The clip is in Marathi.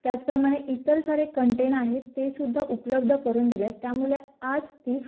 त्याचप्रमाणे इतर सारे कंटेन आहेत तेसुद्धा उपलब्ध करून दिले आहेत त्यामुळे आज ती